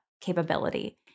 capability